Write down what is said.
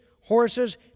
horses